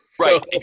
Right